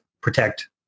protect